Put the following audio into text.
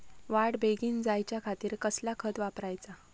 वाढ बेगीन जायच्या खातीर कसला खत वापराचा?